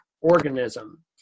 Organism